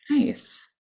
nice